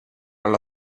alla